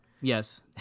Yes